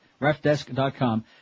Refdesk.com